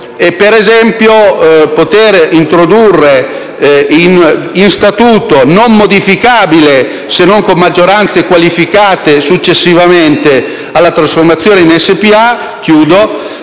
Per esempio, la possibilità di introdurre in statuto, non modificabile se non con maggioranze qualificate successivamente alla trasformazione in Spa, una